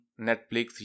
Netflix